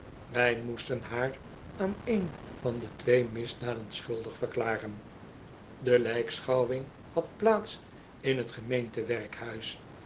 wij moesten haar aan een van de twee misdaden schuldig verklaren de lijkschouwing had plaats in t gemeentewerkhuis